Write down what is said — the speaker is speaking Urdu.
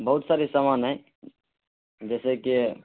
بہت سارے سامان ہیں جیسے کہ